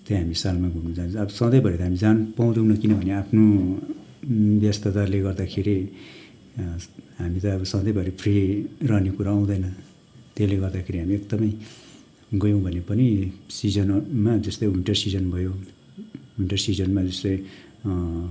त्यहाँ हामी सालमा घुम्नु जान्छ अब सधैँभरि त अब हामी जानु पाउँदैनौँ किनभने आफ्नो व्यस्तताले गर्दाखेरि हामी ता अब सधैँभरि फ्री रहने कुरा आउँदैन त्यसले गर्दाखेरि हामी एकदमै गयौँ भने पनि सिजनलमा त्यस्तै विन्टर सिजन भयो विन्टर सिजनमा जस्तै